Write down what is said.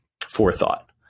forethought